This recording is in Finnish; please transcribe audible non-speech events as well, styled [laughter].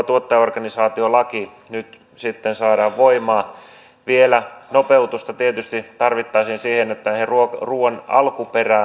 [unintelligible] tuottajaorganisaatiolaki nyt sitten saadaan voimaan vielä nopeutusta tietysti tarvittaisiin siihen että ruoan alkuperää [unintelligible]